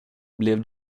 blev